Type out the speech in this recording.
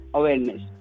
awareness